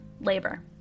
labor